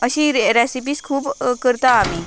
अशें रेसिपीस खूब करतात आमी